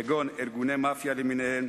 כגון ארגוני מאפיה למיניהם,